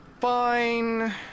Fine